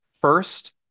first